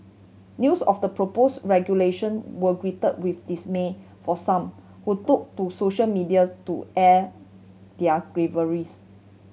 news of the propose regulation were greet with dismay for some who took to social media to air their